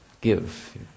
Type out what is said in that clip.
Give